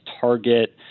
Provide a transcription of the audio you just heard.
target